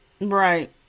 Right